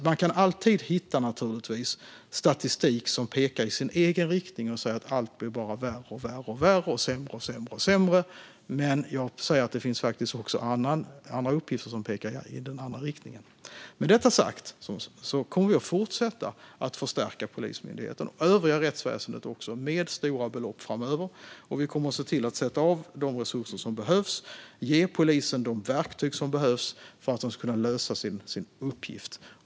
Man kan naturligtvis alltid hitta statistik som pekar i ens egen riktning och säga att allt bara blir värre och sämre, men det finns faktiskt också andra uppgifter som pekar i en annan riktning. Med detta sagt kommer vi att fortsätta att förstärka Polismyndigheten och det övriga rättsväsendet med stora belopp framöver. Vi kommer att sätta av de resurser som behövs och ge polisen de verktyg som behövs för att den ska kunna klara sin uppgift.